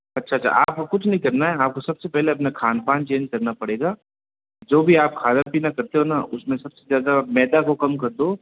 अच्छा अच्छा आपको कुछ नहीं करना है आपको सबसे पहले अपना खानपान चेंज करना पड़ेगा जो भी आप खाना पीना करते हो ना उसमें सबसे ज़्यादा मैदा को कम कर दो